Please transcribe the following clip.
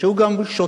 כשהוא גם שותה,